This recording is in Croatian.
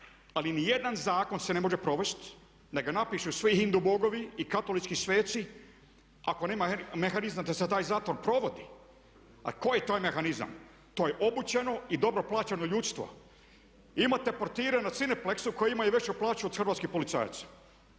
Ali ni jedan zakon se ne može provesti da ga napišu svi Indu bogovi i katolički sveci ako nema mehanizma da se taj zakon provodi. A tko je taj mehanizam? To je obučeno i dobro plaćeno ljudstvo. Imate portire na Cineplexu koji imaju veću plaću od hrvatskih policajaca